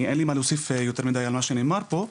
אין לי מה להוסיף יותר מידי על כל מה שנאמר פה,